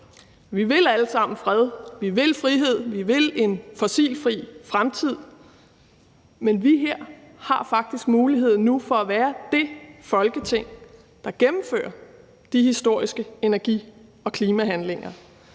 Vi vil alle sammen fred; vi vil frihed; vi vil en fossilfri fremtid, men vi her har faktisk mulighed nu for at være det Folketing, der gennemfører de historiske energi- og klimahandlinger.